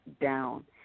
down